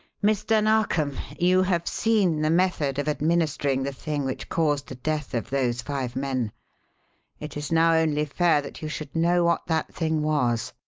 mr. narkom, you have seen the method of administering the thing which caused the death of those five men it is now only fair that you should know what that thing was,